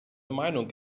meinung